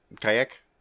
kayak